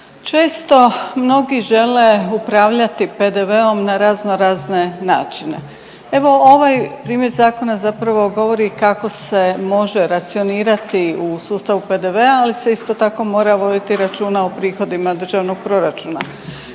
često mnogi žele upravljati PDV-om na razno razne načine. Evo ovaj primjer zakona zapravo govori kako se može racionirati u sustavu PDV-a ali se isto tako mora voditi računa o prihodima Državnog proračuna.